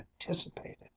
anticipated